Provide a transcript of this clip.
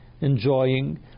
enjoying